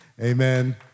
Amen